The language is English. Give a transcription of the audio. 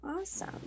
awesome